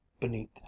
beneath